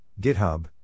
GitHub